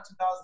2000